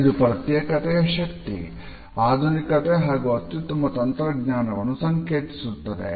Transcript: ಇದು ಪ್ರತ್ಯೇಕತೆ ಶಕ್ತಿ ಆಧುನಿಕತೆ ಹಾಗೂ ಅತ್ಯುತ್ತಮ ತಂತ್ರಜ್ಞಾನವನ್ನು ಸಂಕೇತಿಸುತ್ತದೆ